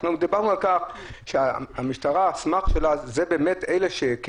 דיברנו על כך שהסמך של המשטרה זה אלה שקיבלו